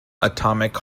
atomic